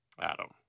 Adam